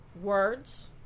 words